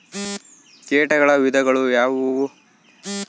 ಕೇಟಗಳ ವಿಧಗಳು ಯಾವುವು?